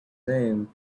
name